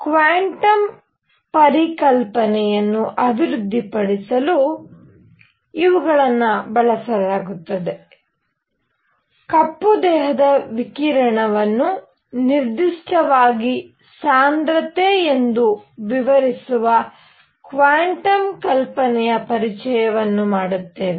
quantum ಪರಿಕಲ್ಪನೆಯನ್ನು ಅಭಿವೃದ್ಧಿಪಡಿಸಲು ಇವುಗಳನ್ನು ಬಳಸಲಾಗುತ್ತದೆ ಕಪ್ಪು ದೇಹದ ವಿಕಿರಣವನ್ನು ನಿರ್ದಿಷ್ಟವಾಗಿ ಸಾಂದ್ರತೆ ಎಂದು ವಿವರಿಸುವ ಕ್ವಾನ್ಟಮ್ ಕಲ್ಪನೆಯ ಪರಿಚಯವನ್ನು ಮಾಡುತ್ತೇವೆ